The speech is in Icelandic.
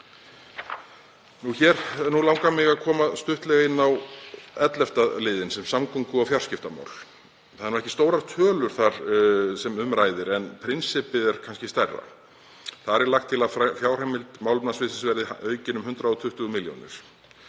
Hér langar mig að koma stuttlega inn á 11. lið, samgöngu- og fjarskiptamál. Það eru ekki stórar tölur þar sem um ræðir en prinsippið er kannski stærra. Þar er lagt til að fjárheimild málefnasviðsins verði aukin um 120 milljónir